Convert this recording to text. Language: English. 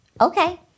Okay